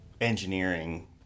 engineering